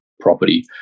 property